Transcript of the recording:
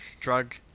drug